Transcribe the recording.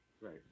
Right